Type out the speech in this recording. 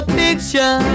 picture